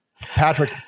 Patrick